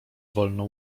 wolną